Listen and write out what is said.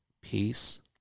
peace